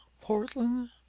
portland